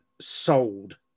sold